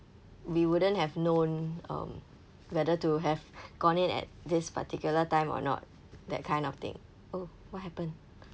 we wouldn't have known um whether to have gone in at this particular time or not that kind of thing oh what happened